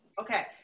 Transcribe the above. Okay